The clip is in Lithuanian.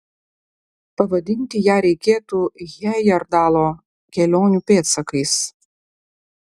pavadinti ją reikėtų hejerdalo kelionių pėdsakais